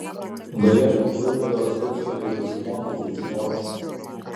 galėtų klaipėdos peckeliai pasimokyti iš morfų